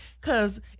cause